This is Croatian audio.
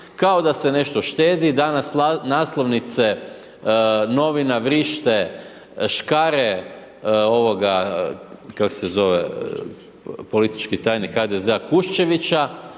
kao da se nešto štedi. Danas naslovnice novina vrište, škare ovoga, kako se zove, politički tajnik HDZ-a Kuščevića,